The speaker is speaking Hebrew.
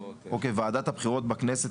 וועדת הבחירות בכנסת